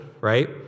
right